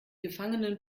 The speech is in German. gefangenen